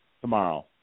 tomorrow